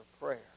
prayer